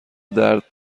درد